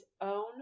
own